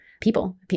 people